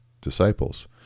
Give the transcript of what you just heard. disciples